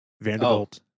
Vanderbilt